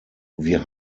wir